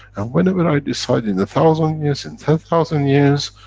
and whenever i decide, in a thousand years in ten thousand years,